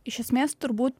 iš esmės turbūt